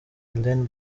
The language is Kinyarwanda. ellen